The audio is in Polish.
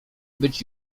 być